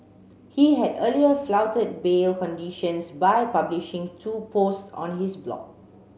he had earlier flouted bail conditions by publishing two posts on his blog